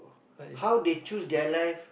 but it's